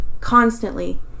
constantly